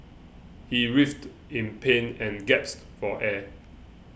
he writhed in pain and gasped for air